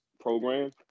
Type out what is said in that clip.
program